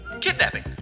kidnapping